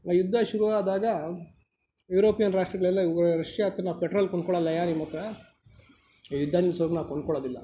ಆ ಯುದ್ಧ ಶುರು ಆದಾಗ ಯುರೋಪಿಯನ್ ರಾಷ್ಟ್ರಗಳೆಲ್ಲ ಇವ್ಗಳ ರಷ್ಯಾ ಹತ್ತಿರ ನಾವು ಪೆಟ್ರೋಲ್ ಕೊಂಡ್ಕೊಳಲ್ಲಯ್ಯ ನಿಮ್ಮ ಹತ್ರ ಯುದ್ಧ ನಿಲ್ಸೋವರೆಗೂ ನಾವು ಕೊಂಡ್ಕೊಳ್ಳೋದಿಲ್ಲ